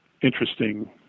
interesting